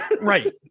right